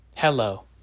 Hello